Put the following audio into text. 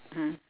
mm